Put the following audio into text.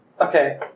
Okay